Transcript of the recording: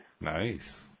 Nice